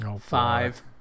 five